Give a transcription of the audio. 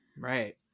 right